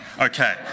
okay